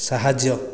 ସାହାଯ୍ୟ